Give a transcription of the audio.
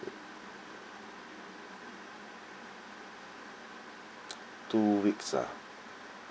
two weeks ah